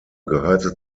gehörte